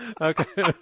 Okay